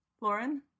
Lauren